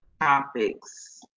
topics